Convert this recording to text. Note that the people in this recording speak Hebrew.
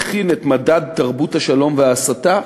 מכין את מדד תרבות השלום וההסתה,